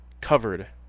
covered